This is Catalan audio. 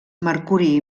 mercuri